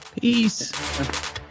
Peace